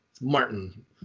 Martin